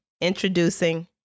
Introducing